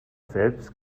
selbst